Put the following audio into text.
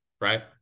right